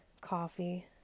coffee